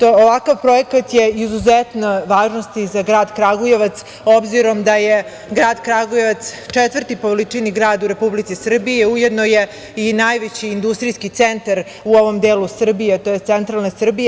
Ovakav projekat je od izuzetne važnosti za grad Kragujevac, obzirom da je grad Kragujevac četvrti po veličini grad u Republici Srbiji, a ujedno je i najveći industrijski centar u ovom delu Srbije, tj. centralne Srbije.